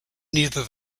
neither